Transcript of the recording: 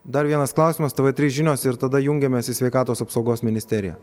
dar vienas klausimas tv trys žinios ir tada jungiamės į sveikatos apsaugos ministeriją